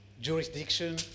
jurisdiction